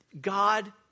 God